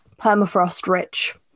permafrost-rich